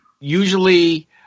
Usually